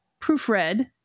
proofread